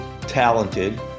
talented